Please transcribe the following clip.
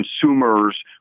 consumers